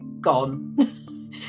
gone